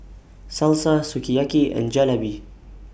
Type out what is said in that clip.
Salsa Sukiyaki and Jalebi